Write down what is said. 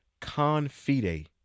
confide